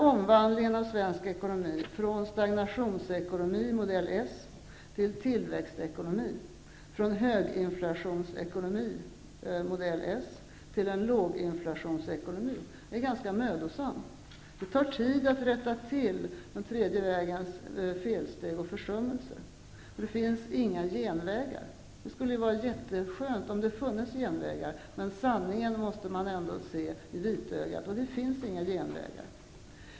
Omvandlingen av svensk ekonomi från stagnationsekonomi modell s till tillväxtekonomi, och från höginflationsekonomi modell s till låginflationsekonomi, är ganska mödosam. Det tar tid att rätta till den tredje vägens felsteg och försummelser. Det finns inga genvägar. Det skulle ju vara jätteskönt om det fanns genvägar, men man måste ändå se sanningen i vitögat. Det finns inga genvägar.